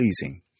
pleasing